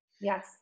Yes